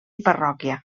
parròquia